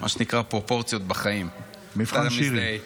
מבחן שירי.